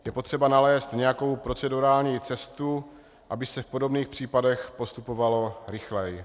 Je potřeba nalézt nějakou procedurální cestu, aby se v podobných případech postupovalo rychleji.